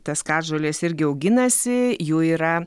tas katžoles irgi auginasi jų yra